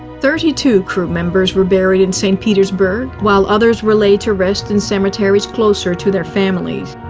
thirty two crew members were buried in st. petersburg, while others were laid to rest in cemeteries closer to their families.